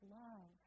love